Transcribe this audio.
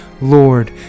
Lord